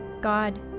God